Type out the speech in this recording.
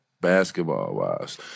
basketball-wise